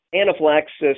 anaphylaxis